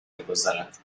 میگذارد